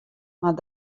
mar